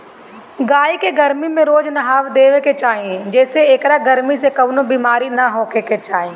गाई के गरमी में रोज नहावा देवे के चाही जेसे एकरा गरमी से कवनो बेमारी ना होखे